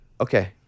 okay